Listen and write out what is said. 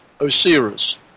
Osiris